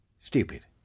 Stupid